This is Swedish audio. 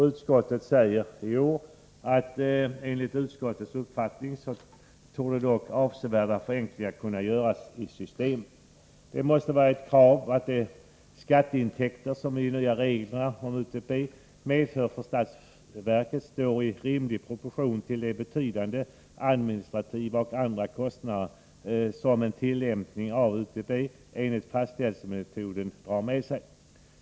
Utskottet säger i år att enligt utskottets uppfattning kan dock avsevärda förenklingar göras i systemet. Det måste vara ett krav att de skatteintäkter som de nya reglerna för UTB medför för statsverket står i rimlig proportion till de betydande administrativa och andra kostnader som tillämpningen av UTB enligt fastställelsemetoden för med sig.